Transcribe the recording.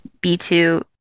b2